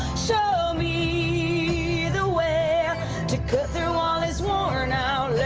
show me the way to cut through all his worn out